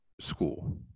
school